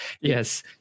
yes